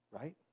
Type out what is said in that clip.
right